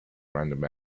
random